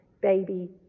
baby